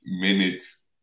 minutes